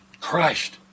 Christ